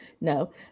No